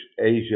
Asia